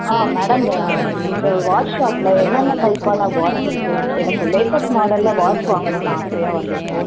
ஆ madam இந்த watch ஷாப்பில் என்னென்ன டைப்பான வாட்ச் இருக்குது எனக்கு லேட்டஸ்ட் மாடலில் வாட்ச் வாங்கணும்னு ஆசையாக வந்திருக்கேன்